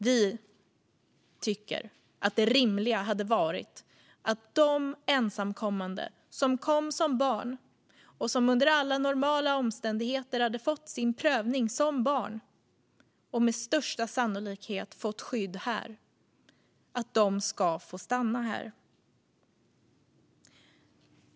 Vi tycker att det rimliga hade varit att de ensamkommande som kom som barn, och som under alla normala omständigheter hade fått sin prövning som barn och med största sannolikhet fått skydd här, ska få stanna här.